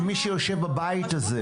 כמי שיושב בבית הזה.